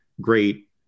great